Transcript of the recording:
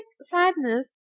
sadness